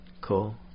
Cool